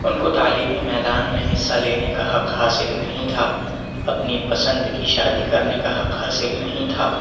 اُن کو تعلیمی میدان میں حصہ لینے کا حق حاصل نہیں تھا اپنی پسند کی شادی کرنے کا حق حاصل نہیں تھا